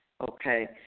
okay